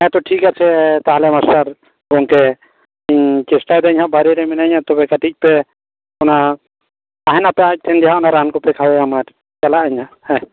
ᱦᱮᱸ ᱛᱳ ᱴᱷᱤᱠ ᱟᱪᱷᱮ ᱛᱟᱦᱚᱞᱮ ᱢᱟᱥᱴᱟᱨ ᱜᱚᱝᱠᱮ ᱪᱮᱥᱴᱟᱭᱮᱰᱟᱹᱧ ᱦᱟᱜ ᱵᱟᱭᱨᱮ ᱢᱤᱱᱟᱹᱧᱟ ᱛᱚᱵᱮ ᱠᱟᱹᱴᱤᱡ ᱯᱮ ᱚᱱᱟ ᱛᱟᱦᱮᱱᱟᱯᱮ ᱟᱡ ᱴᱷᱮᱱ ᱜᱮ ᱦᱟᱜ ᱚᱱᱟ ᱨᱟᱱ ᱠᱚᱯᱮ ᱠᱷᱟᱣ ᱮᱭᱟ ᱪᱟᱞᱟᱜ ᱟᱹᱧ ᱦᱟᱜ ᱦᱮᱸ